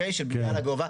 של בניה לגובה,